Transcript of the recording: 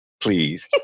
Please